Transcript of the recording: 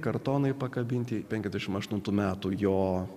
kartonai pakabinti penkiasdešimt aštuntų metų jo